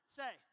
say